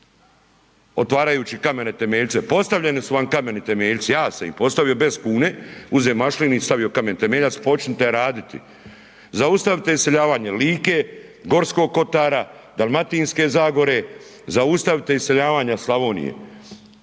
otvarajući kamene temeljce. Postavljeni su vam kameni temeljci, ja sam ih postavio bez kune, uzeo … i stavio kamen temeljac. Počnite raditi. Zaustavite iseljavanje Like, Gorskog kotara, Dalmatinske zagore, zaustavite iseljavanje Slavonije.